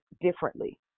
differently